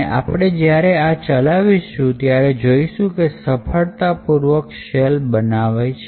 અને આપણે જ્યારે આ ચલાવીશું ત્યારે જોઈશું કે સફળતાપૂર્વક શેલ બનાવે છે